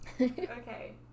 okay